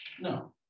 No